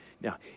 Now